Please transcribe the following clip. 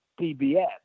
PBS